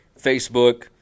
Facebook